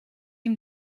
ihm